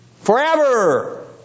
forever